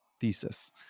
thesis